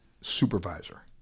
supervisor